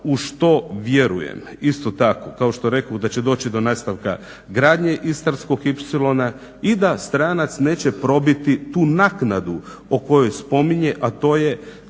u što vjerujem isto tako kao što rekoh da će doći do nastavka gradnje istarskog ipsilona i da stranac neće probiti tu naknadu o kojoj spominje, a to je